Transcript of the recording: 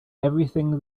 everything